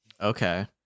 Okay